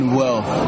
wealth